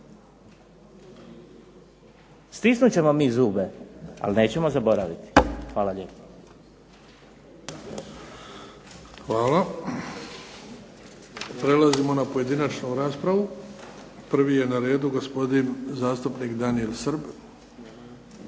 Stisnut ćemo mi zube, ali nećemo zaboraviti. Hvala lijepo. **Bebić, Luka (HDZ)** Hvala. Prelazimo na pojedinačnu raspravu. Prvi je na redu gospodin zastupnik Daniel Srb,